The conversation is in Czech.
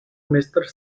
mistr